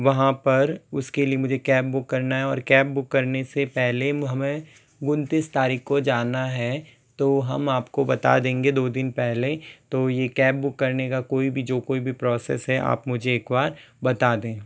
वहाँ पर उसके लिए मुझे कैब बुक करना है और कैब बुक करने से पहले हमें उनतीस तारीक़ को जाना है तो हम आप को बता देंगे दो दिन पहले तो ये कैब बुक करने का कोई भी जो कोई भी प्रोसेस है आप मुझे एक बार बता दें